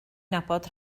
nabod